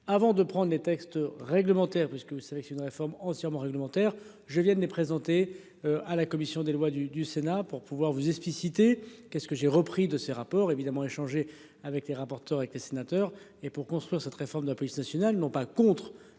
avant de prendre les textes réglementaires, puisque vous savez que c'est une réforme entièrement réglementaire, je viens de les présenter à la commission des lois du Sénat pour pouvoir vous expliciter. Qu'est-ce que j'ai repris de ces rapports évidemment échangé avec les rapporteurs avec les sénateurs et pour construire cette réforme de la police nationale, non pas contre